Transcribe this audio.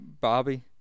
Bobby